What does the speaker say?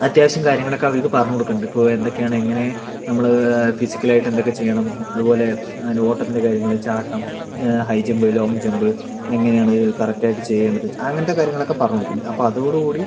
അത്യാവശ്യം കാര്യങ്ങളൊക്കെ അവർക്ക് പറഞ്ഞ് കൊടുക്കണുണ്ട് ഇപ്പോൾ എന്തൊക്കെയാണ് എങ്ങനെ നമ്മൾ ഫിസിക്കലായിട്ട് എന്തൊക്കെ ചെയ്യണം അതുപോലെ പിന്നെ ഓട്ടത്തിൻ്റെ കാര്യങ്ങൾ ചാട്ടം ഹൈ ജമ്പ് ലോങ്ങ് ജമ്പ് എങ്ങനെയാണ് കറക്റ്റായിട്ട് ചെയ്യേണ്ടത് അങ്ങനത്തെ കാര്യങ്ങളൊക്കെ പറഞ്ഞു കൊടുക്കുന്നുണ്ട് അപ്പം അതോടു കൂടി